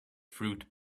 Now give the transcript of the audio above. fruit